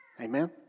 Amen